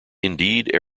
indeed